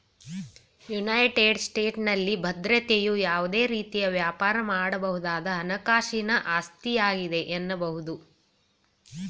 United ಸ್ಟೇಟಸ್ನಲ್ಲಿ ಭದ್ರತೆಯು ಯಾವುದೇ ರೀತಿಯ ವ್ಯಾಪಾರ ಮಾಡಬಹುದಾದ ಹಣಕಾಸಿನ ಆಸ್ತಿಯಾಗಿದೆ ಎನ್ನಬಹುದು